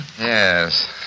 Yes